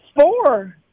four